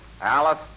Alice